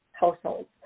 households